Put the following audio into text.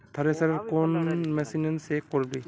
Thresher कौन machine से करबे?